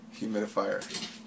humidifier